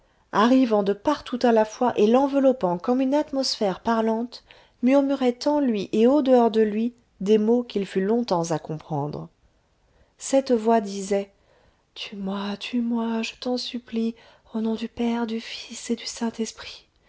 arrivant de partout à la fois et l'enveloppant comme une atmosphère parlante murmurait en lui et au dehors de lui des mots qu'il fut longtemps à comprendre cette voix disait tue-moi tue-moi je t'en supplie au nom du père du fils et du saint-esprit